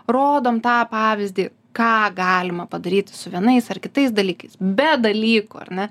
rodom tą pavyzdį ką galima padaryti su vienais ar kitais dalykais be dalykų ar ne